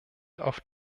auf